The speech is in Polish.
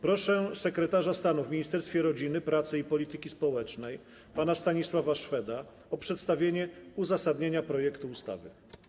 Proszę sekretarza stanu w Ministerstwie Rodziny, Pracy i Polityki Społecznej pana Stanisława Szweda o przedstawienie uzasadnienia projektu ustawy.